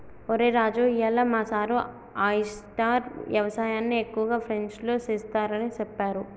ఒరై రాజు ఇయ్యాల మా సారు ఆయిస్టార్ యవసాయన్ని ఎక్కువగా ఫ్రెంచ్లో సెస్తారని సెప్పారు